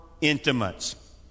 intimates